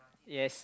yes